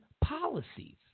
policies